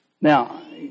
Now